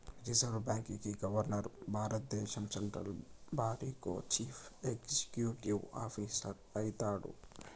reserve బాంకీ governor భారద్దేశం central బారికో చీఫ్ ఎక్సిక్యూటివ్ ఆఫీసరు అయితాడు